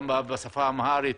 גם בשפה אמהרית,